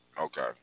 Okay